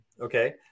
Okay